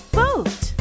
boat